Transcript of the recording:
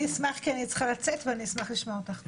אני אשמח כי אני צריכה לצאת ואשמח לשמוע אותך קודם.